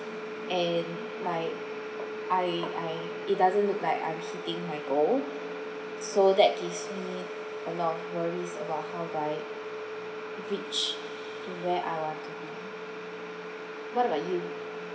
and like I I it doesn't look like I'm hitting my goal so that gives me a lot of worries about how do I reach in where I want to be what about you